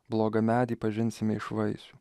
blogą medį pažinsime iš vaisių